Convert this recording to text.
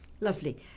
Lovely